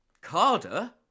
Carter